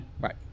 right